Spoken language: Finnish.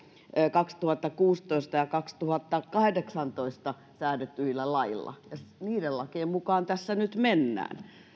kaksituhattakuusitoista ja kaksituhattakahdeksantoista säädetyillä laeilla ja niiden lakien mukaan tässä nyt mennään